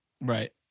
right